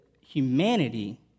humanity